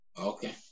Okay